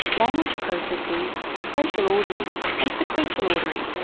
language processing, spatial ordering and sequential ordering.